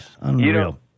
unreal